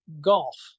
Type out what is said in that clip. golf